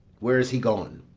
where is he gone?